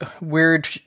weird